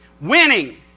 Winning